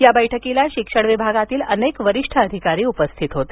या बैठकीला शिक्षण विभागातील अनेक वरिष्ठ अधिकारी उपस्थित होते